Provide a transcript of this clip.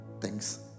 Thanks